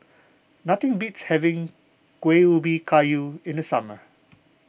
nothing beats having Kuih Ubi Kayu in the summer